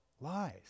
lies